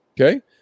Okay